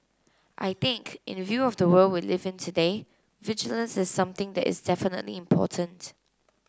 I think in the view of the world we live in today vigilance is something that is definitely important